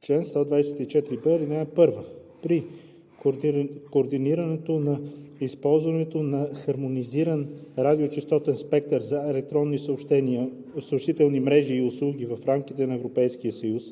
„Чл. 1246. (1) При координирането на използването на хармонизиран радиочестотен спектър за електронни съобщителни мрежи и услуги в рамките на Европейския съюз,